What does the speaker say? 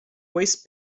waste